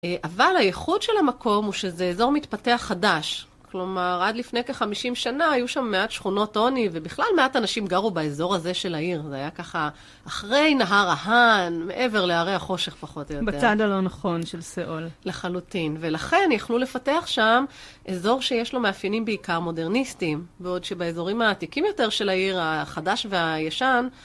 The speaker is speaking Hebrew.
אבל הייחוד של המקום הוא שזה אזור מתפתח חדש. כלומר, עד לפני כ-50 שנה היו שם מעט שכונות עוני, ובכלל מעט אנשים גרו באזור הזה של העיר. זה היה ככה אחרי נהר האן, מעבר לערי החושך פחות או יותר. בצד הלא נכון של סיאול. לחלוטין. ולכן יכלו לפתח שם אזור שיש לו מאפיינים בעיקר מודרניסטיים. ועוד שבאזורים העתיקים יותר של העיר, החדש והישן,